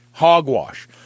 hogwash